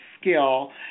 skill